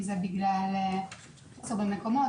אם זה בגלל מחסור במקומות,